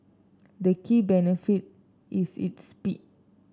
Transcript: the key benefit is its speed